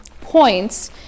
points